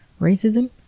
racism